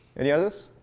any others?